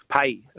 pay